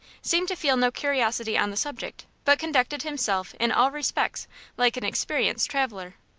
seemed to feel no curiosity on the subject, but conducted himself in all respects like an experienced traveler.